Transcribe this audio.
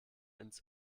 ins